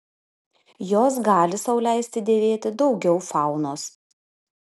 jos gali sau leisti dėvėti daugiau faunos